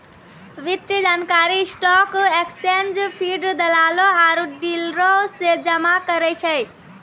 वित्तीय जानकारी stock exchange feed, दलालो आरु डीलरो से जमा करै छै